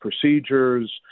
procedures